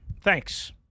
Thanks